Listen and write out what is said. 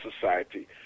society